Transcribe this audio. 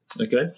Okay